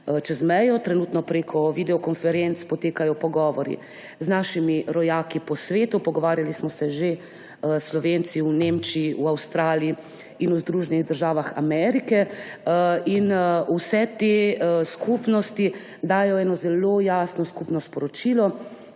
čez mejo. Trenutno preko videokonferenc potekajo pogovori z našimi rojaki po svetu. Pogovarjali smo se že s Slovenci v Nemčiji, Avstraliji in Združenih državah Amerike. Vse te skupnosti dajejo eno zelo jasno skupno sporočilo,